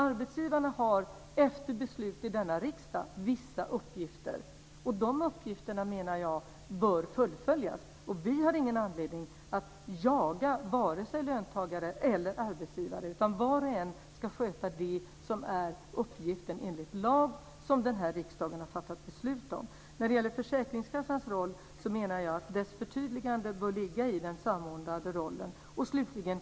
Arbetsgivarna har, efter beslut i denna riksdag, vissa uppgifter. De uppgifterna, menar jag, bör fullgöras. Vi har ingen anledning att jaga vare sig löntagare eller arbetsgivare. Var och en ska sköta den uppgift den har enligt lag, som riksdagen har fattat beslut om. När det gäller försäkringskassans roll menar jag att förtydligandet bör gälla den samordnande rollen.